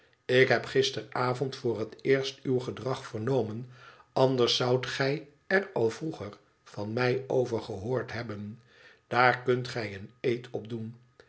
ik heb gisteravond voor het eerst uw gedrag vernomen anders zoudt gij er al vroeger van mij over gehoord hebben daar kunt gij een eed op